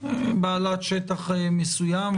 בעלת שטח מסוים,